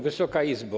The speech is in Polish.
Wysoka Izbo!